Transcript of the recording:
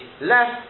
left